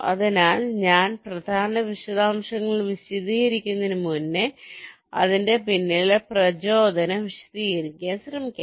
അതിനാൽ ഞാൻ പ്രധാന വിശദാംശങ്ങൾ വിശദീകരിക്കുന്നതിന് മുമ്പ് അതിന്റെ പിന്നിലെ പ്രചോദനം വിശദീകരിക്കാൻ ശ്രമിക്കാം